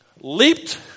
leaped